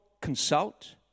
consult